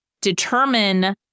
determine